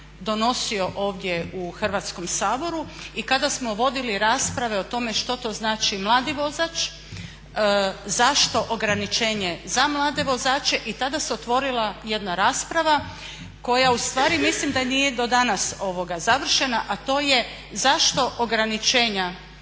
donosio ovdje u Hrvatskom saboru i kada smo vodili rasprave o tome što to znači mladi vozač, zašto ograničenje za mlade vozače i tada se otvorila jedna rasprava koja ustvari mislim da nije do danas završena, a to je zašto ograničenja,